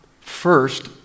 first